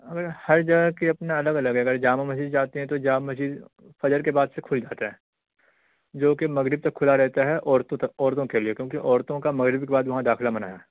اور ہر جگہ کی اپنا الگ الگ ہے اگر جامع مسجد جاتے ہیں تو جامع مسجد فجر کے بعد سے کھل جاتا ہے جو کہ مغرب تک کھلا رہتا ہے عورتوں تک عورتوں کے لیے کیونکہ عورتوں کا مغرب کے بعد وہاں داخلہ منع ہے